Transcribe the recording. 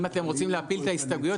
אם אתם רוצים להפיל את ההסתייגויות,